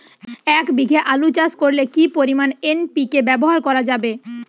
এক বিঘে আলু চাষ করলে কি পরিমাণ এন.পি.কে ব্যবহার করা যাবে?